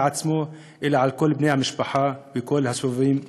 עצמו אלא על כל בני-המשפחה וכל הסובבים אותו.